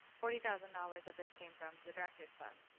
forty thousand dollars of this came from the director's fund.